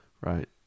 Right